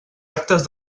actes